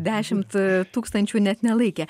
dešimt tūkstančių net nelaikė